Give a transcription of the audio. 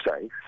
say